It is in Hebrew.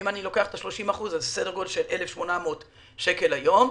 אם אני לוקח 30% אז זה כ-1,800 שקל היום,